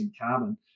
carbon